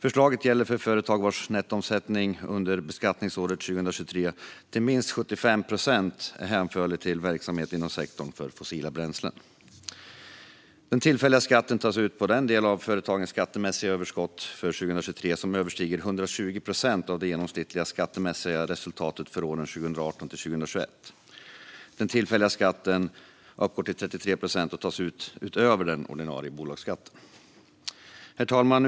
Förslaget gäller företag vars nettoomsättning under beskattningsåret 2023 till minst 75 procent är hänförlig till verksamhet inom sektorn för fossila bränslen. Den tillfälliga skatten tas ut på den del av företagens skattemässiga överskott för 2023 som överstiger 120 procent av det genomsnittliga skattemässiga resultatet för åren 2018-2021. Den tillfälliga skatten uppgår till 33 procent och tas ut utöver den ordinarie bolagsskatten. Herr talman!